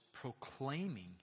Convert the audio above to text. proclaiming